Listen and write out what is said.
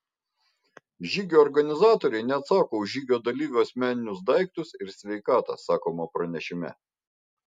žygio organizatoriai neatsako už žygio dalyvių asmeninius daiktus ir sveikatą sakoma pranešime